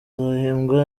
azahembwa